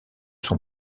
son